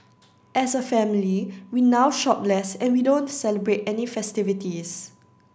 as a family we now shop less and we don't celebrate any festivities